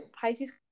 Pisces